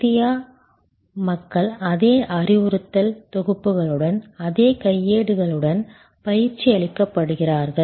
இந்திய மக்கள் அதே அறிவுறுத்தல் தொகுப்புகளுடன் அதே கையேடுகளுடன் பயிற்சியளிக்கப்படுகிறார்கள்